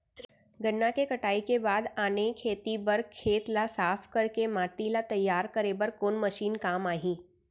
गन्ना के कटाई के बाद आने खेती बर खेत ला साफ कर के माटी ला तैयार करे बर कोन मशीन काम आही?